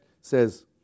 says